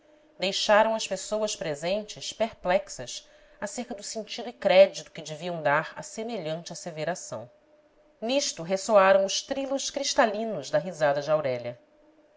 deixaram as pessoas presentes perplexas acerca do sentido e crédito que deviam dar a semelhante asseveração nisto ressoaram os trilos cristalinos da risada de aurélia